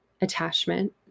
attachment